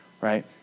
right